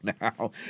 now